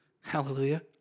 hallelujah